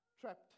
trapped